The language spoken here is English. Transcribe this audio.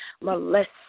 molest